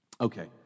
Okay